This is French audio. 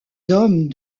hommes